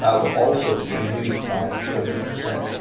ah were also reduced by fifty percent.